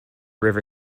river